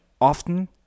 often